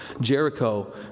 Jericho